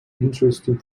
interesting